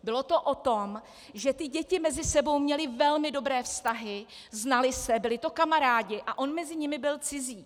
Bylo to o tom, že ty děti mezi sebou měly velmi dobré vztahy, znaly se, byli to kamarádi a on mezi nimi byl cizí.